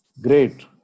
Great